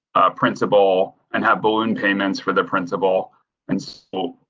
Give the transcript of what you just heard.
principle and have balloon payments for the principal and, so